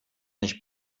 nicht